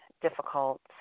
difficult